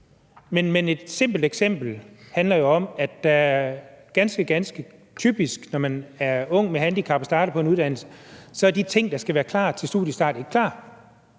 men et simpelt eksempel handler om, at når man er ung med handicap og starter på en uddannelse, er det ganske, ganske typisk, at de ting, der skal være klar til studiestart, ikke er